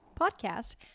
podcast